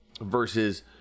versus